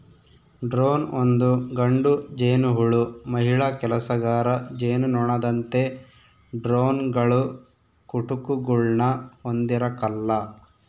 drone ಒಂದು ಗಂಡು ಜೇನುಹುಳು ಮಹಿಳಾ ಕೆಲಸಗಾರ ಜೇನುನೊಣದಂತೆ ಡ್ರೋನ್ಗಳು ಕುಟುಕುಗುಳ್ನ ಹೊಂದಿರಕಲ್ಲ